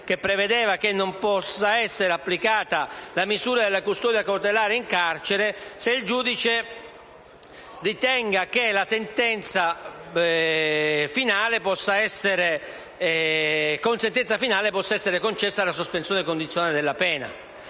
3 - secondo cui non può essere applicata la misura della custodia cautelare in carcere, se il giudice ritenga che, con sentenza finale, possa essere concessa la sospensione condizionale della pena.